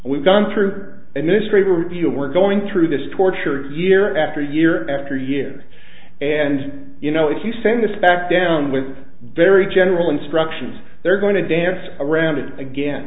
we've gone through a ministry review we're going through this torture year after year after year and you know if you send this back down with very general instructions they're going to dance around it again